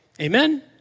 Amen